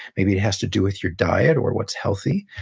maybe it has to do with your diet or what's healthy.